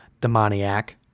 demoniac